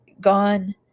gone